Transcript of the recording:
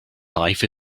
life